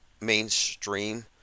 mainstream